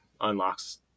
unlocks